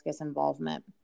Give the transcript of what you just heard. involvement